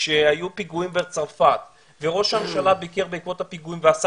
כשהיו פיגועים בצרפת וראש הממשלה ביקר בעקבות הפיגועים ועשה